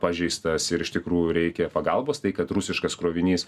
pažeistas ir iš tikrųjų reikia pagalbos tai kad rusiškas krovinys